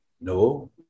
No